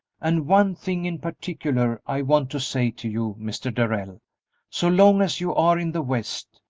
and one thing in particular i want to say to you, mr. darrell so long as you are in the west,